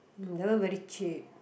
mm that one very cheap